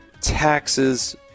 taxes